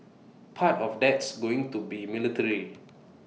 part of that's going to be military